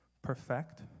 Perfect